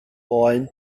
boen